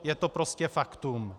Je to prostě faktum.